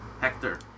Hector